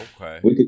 Okay